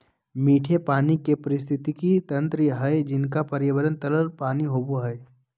मीठे पानी के पारिस्थितिकी तंत्र हइ जिनका पर्यावरण तरल पानी होबो हइ